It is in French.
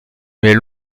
mais